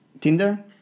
Tinder